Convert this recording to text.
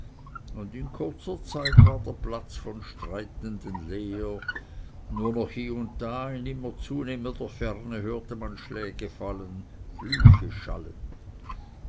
und in kurzer zeit war der platz von streitenden leer nur noch hie und da in immer zunehmender ferne hörte man schläge fallen flüche schallen